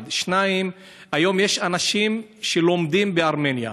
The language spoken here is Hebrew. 1. 2. היום יש אנשים שלומדים בארמניה,